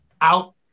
out